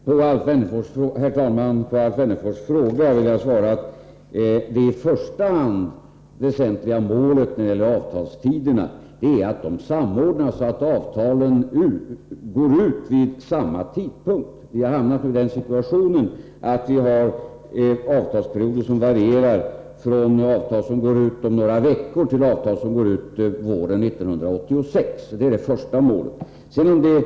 Herr talman! På Alf Wennerfors fråga vill jag svara att det väsentligaste målet när det gäller avtalstiderna är att dessa samordnas, så att avtalen går ut vid samma tidpunkt. Vi har nu hamnat i den situationen att avtalsperioderna varierar från de avtal som går ut om några veckor till dem som går ut våren 1986. Det första målet är alltså att samordna avtalsperioderna.